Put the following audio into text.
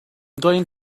going